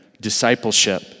discipleship